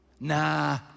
Nah